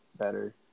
better